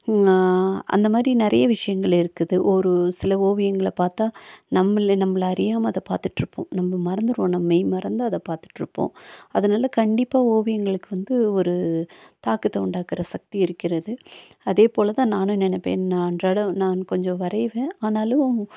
அந்த மாதிரி நிறைய விஷயங்கள் இருக்குது ஒரு சில ஒவியங்களைப் பார்த்தா நம்மளை நம்மள அறியாமல் அதை பார்த்துட்ருப்போம் நம்ம மறந்துவிடுறோம் ஆனால் மெய் மறந்து அதை பார்த்துட்ருப்போம் அதனால் கண்டிப்பாக ஓவியங்களுக்கு வந்து ஒரு தாக்கத்தை உண்டாக்குகிற சக்தி இருக்கிறது அதே போல் தான் நானும் நினப்பேன் நான் அன்றாட நான் கொஞ்சம் வரையுவேன் ஆனாலும்